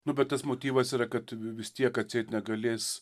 nu bet tas motyvas yra kad vis tiek atseit negalės